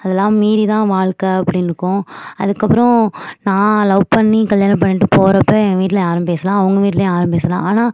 அதெல்லாம் மீறி தான் வாழ்க்க அப்படின்னு இருக்கும் அதற்கப்பறம் நான் லவ் பண்ணி கல்யாணம் பண்ணிகிட்டு போறப்போ ஏன் வீட்டில யாரும் பேசல அவங்க வீட்லையும் யாரும் பேசல ஆனால்